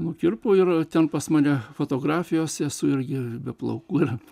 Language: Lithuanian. nukirpo ir ten pas mane fotografijose esu irgi be plaukų ir